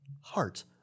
Heart